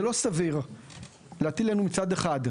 זה לא סביר להטיל עלינו מצד אחר,